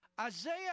Isaiah